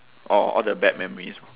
orh all the bad memories